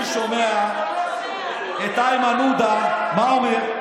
אני שומע את איימן עודה, מה הוא אומר?